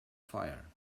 fire